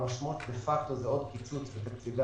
המשמעות דה פקטו הוא עוד קיצוץ בתקציבי